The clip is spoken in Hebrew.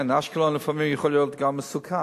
כן, לאשקלון לפעמים זה יכול להיות גם מסוכן.